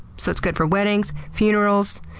so it's good for weddings, funerals,